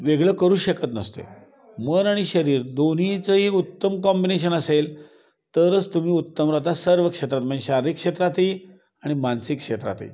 वेगळं करू शकत नसतो आहे मन आणि शरीर दोन्हीचंही उत्तम कॉम्बिनेशन असेल तरच तुम्ही उत्तम राहता सर्व क्षेत्रात म्हणजे शारीरिक क्षेत्रातही आणि मानसिक क्षेत्रातही